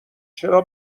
چرا